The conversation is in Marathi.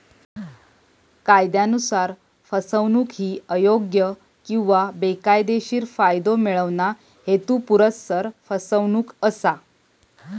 कायदयानुसार, फसवणूक ही अयोग्य किंवा बेकायदेशीर फायदो मिळवणा, हेतुपुरस्सर फसवणूक असा